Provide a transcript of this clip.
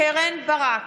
קרן ברק,